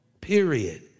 period